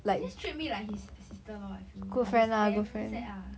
he just treat me like his sister lor I feel which is damn sad ah